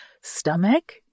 stomach